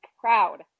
proud